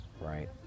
right